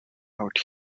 out